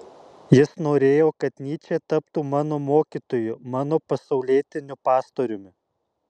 jis norėjo kad nyčė taptų mano mokytoju mano pasaulietiniu pastoriumi